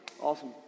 Awesome